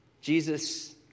Jesus